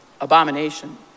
abomination